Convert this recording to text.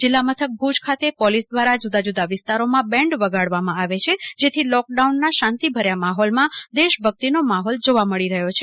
જિલલ્લ મથક ભુજ ખાતે પોલીસ દ્વારા જુદા જુદા વિસ્તારોમાં બેન્ડ વગાડવામાં આવે છે જેથી લોકડાઉનના શાંતિભર્યો માહોલમાં દેશભક્તિનો માહોલ જોવા મળી રહ્યો છે